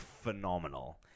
phenomenal